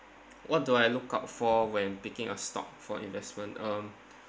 what do I look out for when picking a stock for investment um